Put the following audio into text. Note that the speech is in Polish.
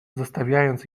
zostawiając